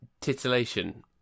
titillation